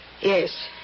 Yes